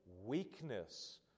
weakness